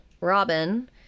Robin